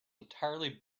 entirely